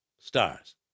stars